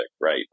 right